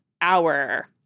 hour